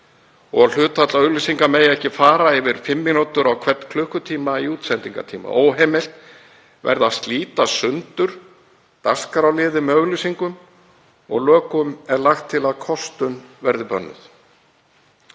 hlutfall auglýsinga megi ekki fara yfir fimm mínútur á hvern klukkutíma í útsendingartíma, óheimilt verði að slíta í sundur dagskrárliði með auglýsingum og að lokum er lagt til að kostun verði bönnuð.